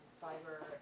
fiber